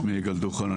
שמי יגאל דוכן,